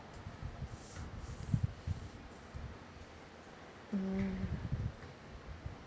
mm